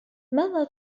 ماذا